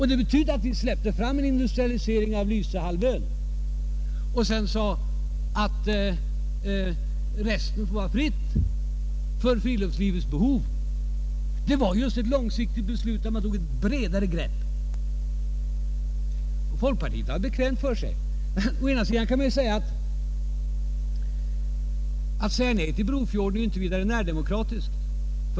Det betydde att vi släppte fram en industrialisering av Lysehalvön. Resten fick bli fritt för friluftslivets behov. Det var just ett långsiktigt beslut, där man tog ett bredare grepp. Folkpartiet gör det bekvämt för sig. Ett nej till Brofjorden är inte vidare närdemokratiskt.